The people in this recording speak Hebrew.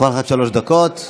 כל אחד שלוש דקות,